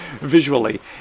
Visually